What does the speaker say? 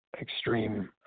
extreme